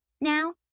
Now